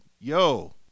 yo